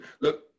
Look